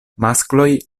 maskloj